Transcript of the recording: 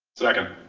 second.